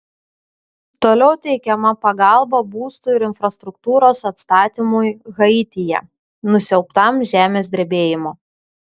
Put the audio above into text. toliau teikiama pagalba būstų ir infrastruktūros atstatymui haityje nusiaubtam žemės drebėjimo